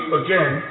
again